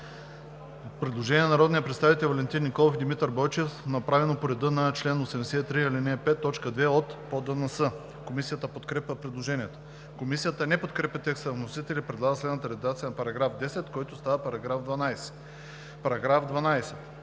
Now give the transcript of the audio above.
предложение на народните представители Валентин Николов и Димитър Бойчев, направено по реда на чл. 83, ал. 5, т. 2 от ПОДНС. Комисията подкрепя предложението. Комисията не подкрепя текста на вносителя и предлага следната редакция на § 10, който става § 12: „§ 12.